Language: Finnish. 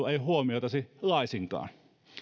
ei huomioitaisi laisinkaan